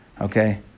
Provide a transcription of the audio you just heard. okay